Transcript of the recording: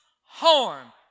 horn